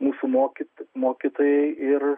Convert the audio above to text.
mūsų mokytojai mokytojai ir